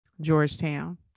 Georgetown